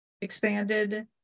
expanded